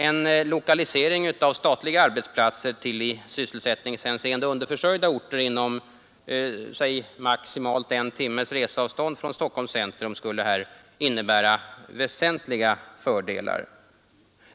En lokalisering av statliga arbetsplatser till i sysselsättningshänseende underförsörjda orter inom maximalt en timmes resavstånd från Stockholms centrum skulle innebära väsentliga fördelar.